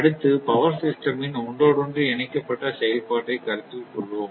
அடுத்து power system ன் ஒன்றோடொன்று இணைக்கப்பட்ட செயல்பாட்டைக் கருத்தில் கொள்வோம்